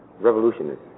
revolutionist